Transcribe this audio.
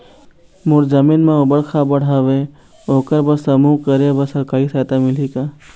मोर जमीन म ऊबड़ खाबड़ हावे ओकर बर समूह करे बर सरकारी सहायता मिलही का?